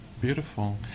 Beautiful